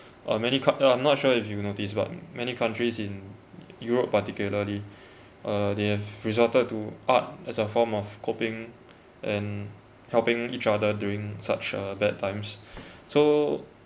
uh many coun~ I'm not sure if you've noticed but many countries in europe particularly uh they have resorted to art as a form of coping and helping each other during such a bad times so